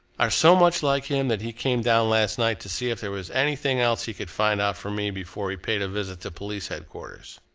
are so much like him that he came down last night to see if there was anything else he could find out from me before he paid a visit to police headquarters.